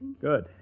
Good